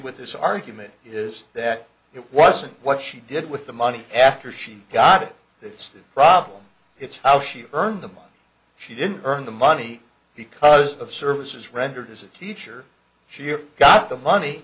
with this argument is that it wasn't what she did with the money after she got it that's the problem it's how she earned the money she didn't earn the money because of services rendered as a teacher she got the money